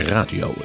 Radio